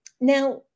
Now